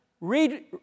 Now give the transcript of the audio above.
read